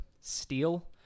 Steel